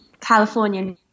California